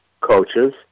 coaches